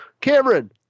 Cameron